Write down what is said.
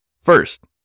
First